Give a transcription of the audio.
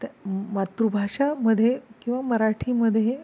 त्या मातृभाषेमध्ये किंवा मराठीमध्ये